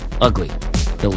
ugly